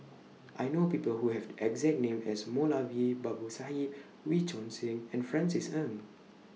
I know People Who Have exact name as Moulavi Babu Sahib Wee Choon Seng and Francis Ng